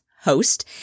host